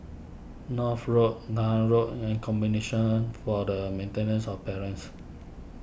North Road Nan Road and for the Maintenance of Parents